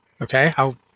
Okay